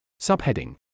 Subheading